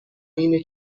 اینه